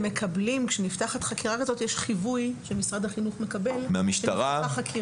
כשנפתחת חקירה כזאת יש חיווי שמשרד החינוך מקבל מהמשטרה.